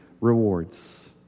rewards